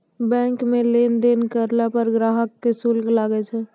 bank मे लेन देन करलो पर ग्राहक के शुल्क लागै छै